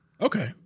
Okay